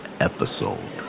episode